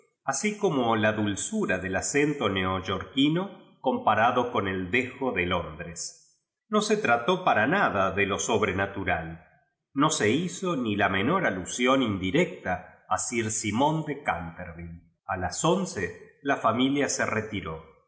asi como ju dulzura del acento ncoyorkíno f comparado ron el dejo de londres no hc trató pura nada de lo sobrenatural no se hizo ni la menor alusión indi recia a sir simún de canterriile a las once la familia se retiró a